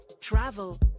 travel